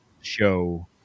show